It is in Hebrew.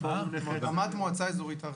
רמ"ט המועצה האזורית הר-חברון.